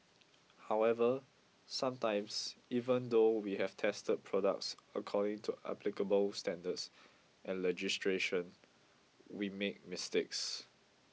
however sometimes even though we have tested products according to applicable standards and legislation we make mistakes